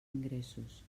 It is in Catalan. ingressos